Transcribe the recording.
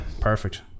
perfect